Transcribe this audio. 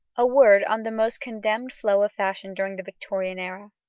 a word on the most condemned flow of fashion during the victorian era.